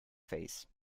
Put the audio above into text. face